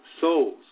souls